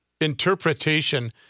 interpretation